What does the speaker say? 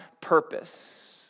purpose